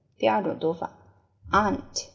第二种读法：aunt